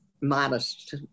modest